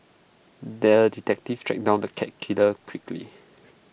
the detective tracked down the cat killer quickly